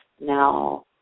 now